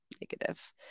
negative